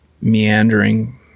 meandering